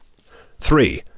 Three